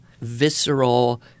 visceral